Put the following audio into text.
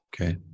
Okay